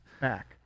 Back